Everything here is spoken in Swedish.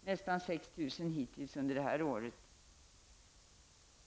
nästan 6 000 hittills under det här året.